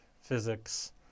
physics